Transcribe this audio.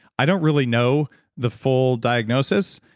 i don't really know the full diagnosis.